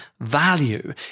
value